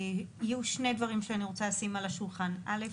יהיו שני דברים שאני רוצה לשים על השולחן, א'.